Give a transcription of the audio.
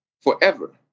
forever